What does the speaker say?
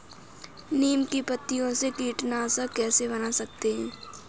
नीम की पत्तियों से कीटनाशक कैसे बना सकते हैं?